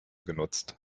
genutzt